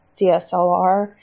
DSLR